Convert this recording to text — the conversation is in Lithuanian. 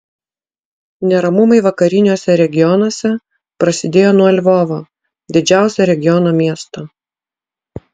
neramumai vakariniuose regionuose prasidėjo nuo lvovo didžiausio regiono miesto